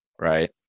right